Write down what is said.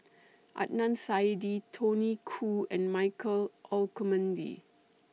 Adnan Saidi Tony Khoo and Michael Olcomendy